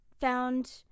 found